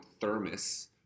thermos